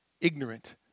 ignorant